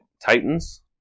Titans